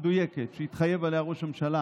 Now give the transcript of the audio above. המדויקת שהתחייב אליה ראש הממשלה